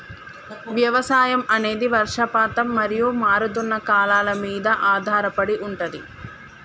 వ్యవసాయం అనేది వర్షపాతం మరియు మారుతున్న కాలాల మీద ఆధారపడి ఉంటది